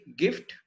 gift